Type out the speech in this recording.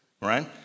right